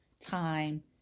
time